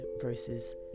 versus